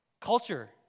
culture